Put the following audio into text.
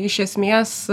iš esmės